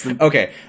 Okay